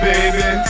Baby